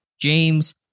James